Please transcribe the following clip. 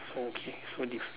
okay so different